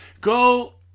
Go